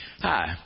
Hi